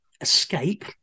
escape